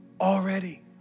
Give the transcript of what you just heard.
already